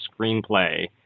screenplay